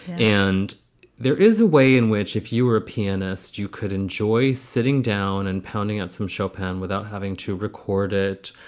and there is a way in which if you were a pianist, you could enjoy sitting down and pounding on some chopin without having to record it,